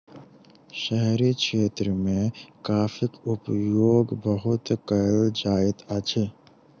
शहरी क्षेत्र मे कॉफ़ीक उपयोग बहुत कयल जाइत अछि